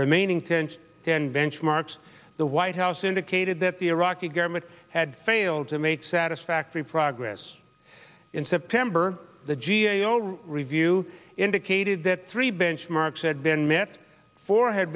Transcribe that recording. remaining ten to ten benchmarks the white house indicated that the iraqi government had failed to make satisfactory progress in september the g a o review indicated that three benchmarks said been met four had